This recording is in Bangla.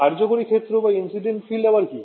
কার্যকরী ক্ষেত্র আবার কি